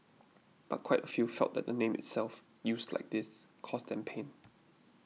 but quite a few felt that the name itself used like this caused them pain